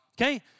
okay